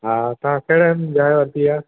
हा तव्हां कहिड़े हंधि जाइ वरिती आहे